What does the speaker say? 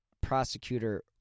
Prosecutor